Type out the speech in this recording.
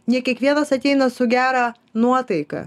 ne kiekvienas ateina su gera nuotaika